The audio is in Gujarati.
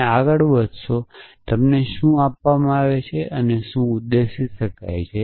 તમે આગળ વધશો કે તમને શું આપવામાં આવે છે અને શું ઉદ્દેશી શકાય છે